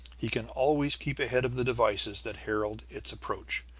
he can always keep ahead of the devices that herald its approach.